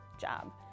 job